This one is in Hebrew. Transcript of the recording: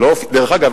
דרך אגב,